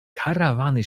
karawany